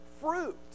fruit